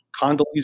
Condoleezza